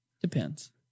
Depends